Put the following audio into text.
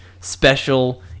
special